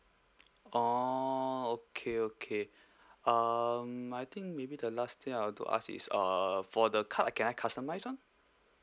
orh okay okay um I think maybe the last thing I want to ask is uh for the card can I customise them